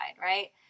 right